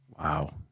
Wow